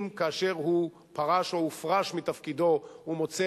אם כאשר הוא פרש או הופרש מתפקידו הוא מוצא